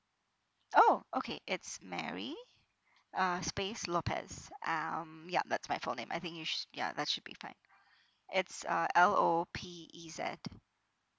oh okay it's mary uh space lopez um yup that's my full name I think you sh~ ya that should be fine it's uh L O P E Z